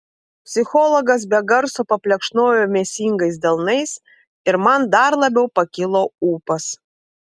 psichologas be garso paplekšnojo mėsingais delnais ir man dar labiau pakilo ūpas